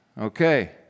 Okay